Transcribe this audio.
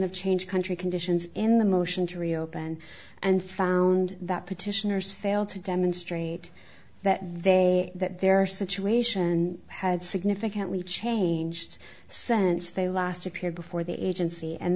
of change country conditions in the motion to reopen and found that petitioners failed to demonstrate that they that their situation had significantly changed since they last appeared before the agency and